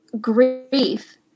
grief